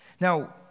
Now